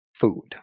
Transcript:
food